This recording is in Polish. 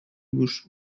już